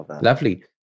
Lovely